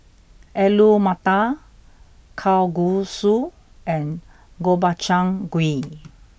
Alu Matar Kalguksu and Gobchang Gui